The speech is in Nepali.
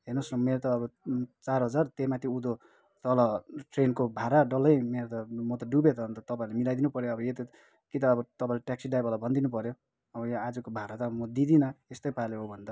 हेर्नोस् न मेरो त अब चार हजार त्यहीमाथि उँधो तल ट्रेनको भाडा डल्लै मेरो त म त डुबेँ त अन्त तपाईँहरूले मलाइदिनु पऱ्यो अब कि त अब तपाईँले ट्याक्सी ड्राइभरलाई भनिदिनु पऱ्यो अब यो आजको भाडा त म दिदिनँ यस्तै पाराले हो भने त